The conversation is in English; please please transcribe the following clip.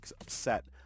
upset